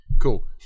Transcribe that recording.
cool